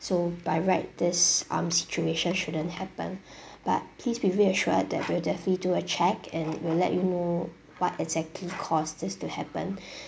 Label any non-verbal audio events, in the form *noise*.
so by right this um situation shouldn't happened *breath* but please be reassured that we'll definitely do a check and we'll let you know what exactly caused this to happen *breath*